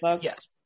yes